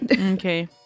Okay